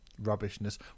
rubbishness